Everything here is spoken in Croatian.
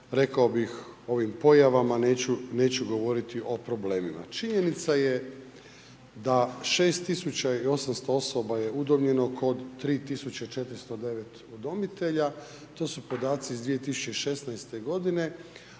rekao bih, ovim pojavama, neću govoriti o problemima. Činjenica je da 6800 osoba je udomljeno kod 3409 udomitelja, to su podaci iz 2016. g.,